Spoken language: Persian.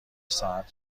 ساعت